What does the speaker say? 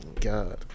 God